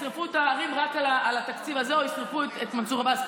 הערים רק על התקציב הזה או ישרפו את מנסור עבאס,